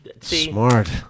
Smart